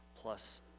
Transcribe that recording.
plus